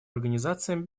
организациям